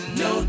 no